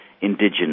indigenous